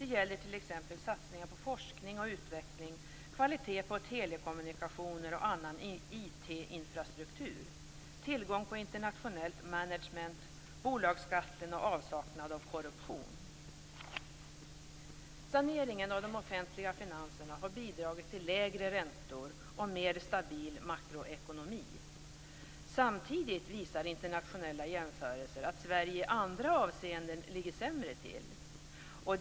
Det gäller t.ex. satsningar på forskning och utveckling, kvalitet på telekommunikationer och annan IT-infrastruktur, tillgång på internationell management, bolagsskatten och avsaknaden av korruption. Saneringen av de offentliga finanserna har bidragit till lägre räntor och en mer stabil makroekonomi. Samtidigt visar internationella jämförelser att Sverige i andra avseenden ligger sämre till.